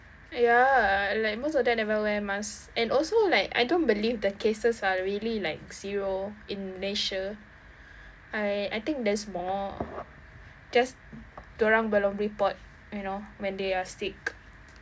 ya like most of them never wear mask and also like I don't believe the cases really like zero in malaysia I I think there's more just dia orang belum report you know when they are sick